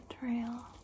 trail